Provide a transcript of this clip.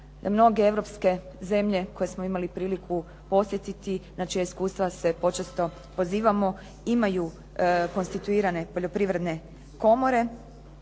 Mnoge europske zemlje koje smo imali priliku posjetiti na čija iskustva se počesto pozivamo imaju konstituirane poljoprivredne komore,